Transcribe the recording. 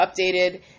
updated